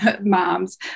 moms